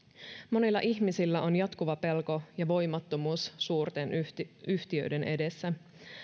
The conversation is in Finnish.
monilla ihmisillä on jatkuva pelko ja voimattomuus suurten yhtiöiden edessä